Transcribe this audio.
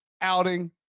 outing